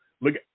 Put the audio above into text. look